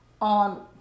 on